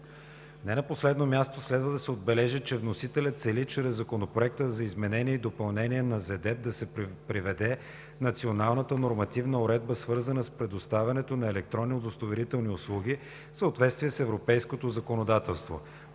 Не на последно място следва да се отбележи, че вносителят цели чрез Законопроекта за изменение и допълнение на ЗЕДЕП да се приведе националната нормативна уредба, свързана с предоставянето на електронни удостоверителни услуги, в съответствие с европейското законодателство.